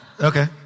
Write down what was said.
Okay